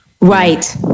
Right